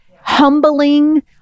humbling